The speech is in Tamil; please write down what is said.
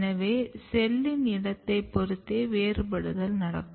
எனவே செல்லின் இடத்தை பொறுத்தே வேறுபடுதல் நடக்கும்